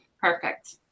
perfect